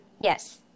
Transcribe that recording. Yes